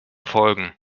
folgen